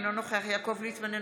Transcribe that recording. אינו נוכח יעקב ליצמן,